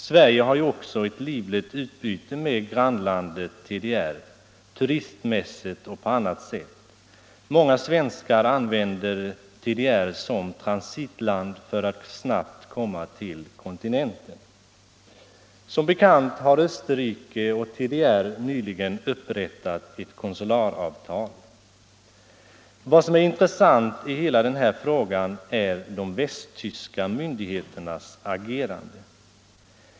Sverige har ju också ett livligt utbyte med grannlandet TDR, turistmässigt och på annat sätt. Många svenskar använder TDR som transitland för att snabbt komma till kontinenten. Som bekant har Österrike och TDR nyligen upprättat ett konsularavtal. Vad som är intressant i hela den här frågan är de västtyska myndigheternas agerande.